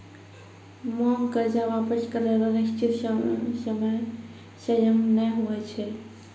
मांग कर्जा वापस करै रो निसचीत सयम नै हुवै छै